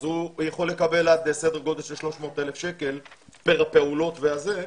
הוא יכול לקבל עד סדר גודל של 300,000 שקלים פר פעולות לתמיכה.